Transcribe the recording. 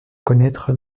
connaître